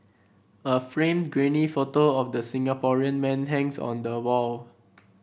a framed grainy photo of the Singaporean man hangs on the wall